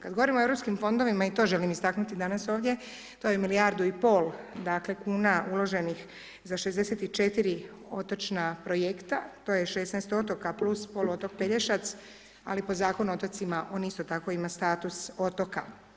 Kad govorimo o Europskim fondovima i to želim istaknuti danas ovdje to je milijardu i pol dakle kuna uloženih za 64 otočna projekta, to je 16 otoka plus poluotok Pelješac, ali po Zakonu o otocima on isto tako ima status otoka.